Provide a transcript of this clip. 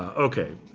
ok.